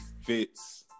fits